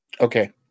okay